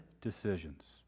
decisions